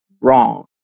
wrong